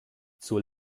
zur